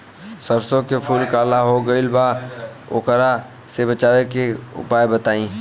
सरसों के फूल काला हो गएल बा वोकरा से बचाव के उपाय बताई?